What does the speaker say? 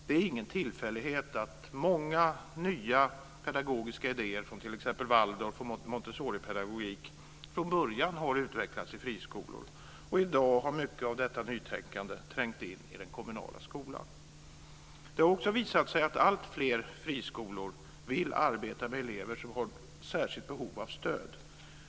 Det är ingen tillfällighet att många nya pedagogiska idéer från t.ex. Waldorf och Montessoripedagogik från början utvecklats i friskolor. I dag har mycket av detta nytänkande trängt in i den kommunala skolan. Det har också visat sig att alltfler friskolor vill arbeta med elever som har särskilt behov av stöd.